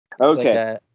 okay